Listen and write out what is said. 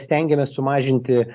stengiamės sumažinti